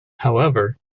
however